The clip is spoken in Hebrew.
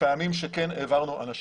פעמים שכן העברנו אנשים.